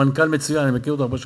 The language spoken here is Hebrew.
הממשלה לא צריכה להיות אדישה, גברתי